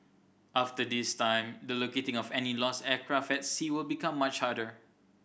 after this time the locating of any lost aircraft at sea will become much harder